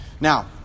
Now